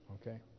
Okay